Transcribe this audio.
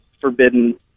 forbidden